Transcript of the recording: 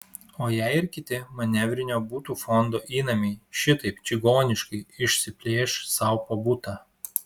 o jei ir kiti manevrinio butų fondo įnamiai šitaip čigoniškai išsiplėš sau po butą